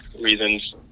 reasons